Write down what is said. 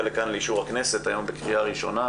לכאן באישור הכנסת היום בקריאה ראשונה